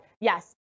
yes